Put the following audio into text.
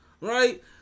right